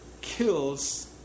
kills